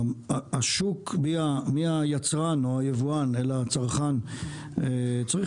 השוק מהיצרן או היבואן אל הצרכן צריך